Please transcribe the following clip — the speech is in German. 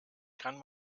kann